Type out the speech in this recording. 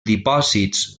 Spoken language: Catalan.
dipòsits